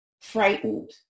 frightened